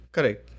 Correct